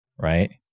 right